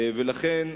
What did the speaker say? לכן,